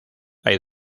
hay